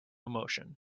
emotion